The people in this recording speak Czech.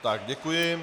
Tak děkuji.